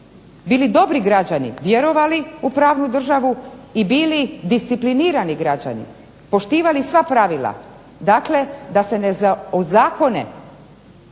bili dobri građani, vjerovali u pravnu državu i bili disciplinirani građani, poštivali sva pravila. Dakle, da se ne ozakone